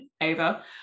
ava